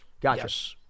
Gotcha